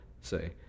say